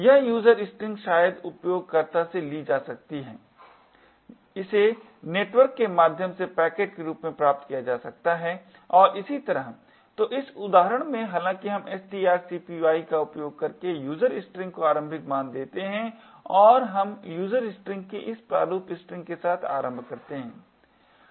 यह user string शायद उपयोगकर्ता से ली जा सकती है इसे नेटवर्क के माध्यम से पैकेट के रूप में प्राप्त किया जा सकता है और इसी तरह तो इस उदाहरण में हालांकि हम strcpy का उपयोग करके user string को आरंभिक मान देते है और हम user string इस प्रारूप स्ट्रिंग के साथ आरम्भ करते है